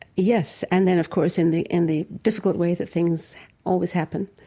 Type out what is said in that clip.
yes. and then, of course, in the in the difficult ways that things always happen,